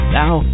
now